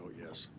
yes.